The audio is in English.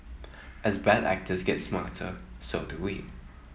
as bad actors gets smarter so do we